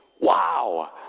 Wow